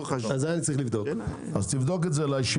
תבדוק את זה.